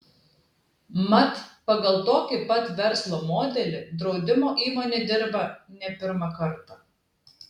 mat pagal tokį pat verslo modelį draudimo įmonė dirba ne pirmą kartą